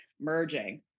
merging